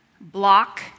block